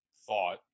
thought